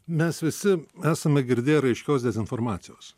mes visi esame girdėję raiškios dezinformacijos